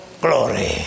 glory